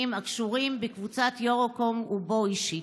הקשורים בקבוצת יורוקום ובו אישית".